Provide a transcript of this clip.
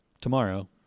tomorrow